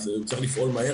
אז צריך לפעול מהר